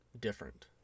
different